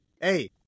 Hey